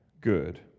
good